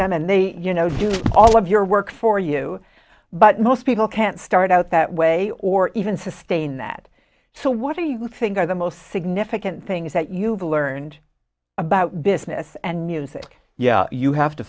them and they you know do all of your work for you but most people can't start out that way or even sustain that so what do you think are the most significant things that you've learned about business and music yeah you have to